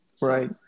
Right